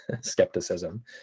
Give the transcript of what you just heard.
skepticism